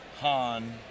han